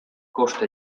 costa